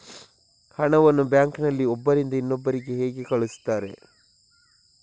ಹಣವನ್ನು ಬ್ಯಾಂಕ್ ನಲ್ಲಿ ಒಬ್ಬರಿಂದ ಇನ್ನೊಬ್ಬರಿಗೆ ಹೇಗೆ ಕಳುಹಿಸುತ್ತಾರೆ?